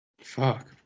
Fuck